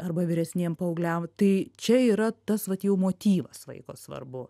arba vyresniem paaugliam tai čia yra tas vat jau motyvas vaiko svarbu